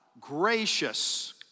Gracious